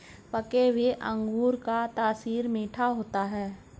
पके हुए अंगूर का तासीर मीठा होता है